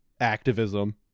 activism